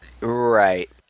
right